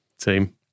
team